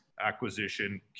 acquisition